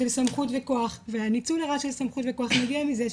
של סמכות וכוח והניצול הרע של סמכות וכוח מגיע מזה,